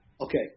Okay